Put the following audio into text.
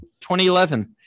2011